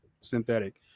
synthetic